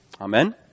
Amen